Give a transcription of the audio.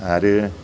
आरो